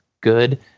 good